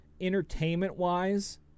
entertainment-wise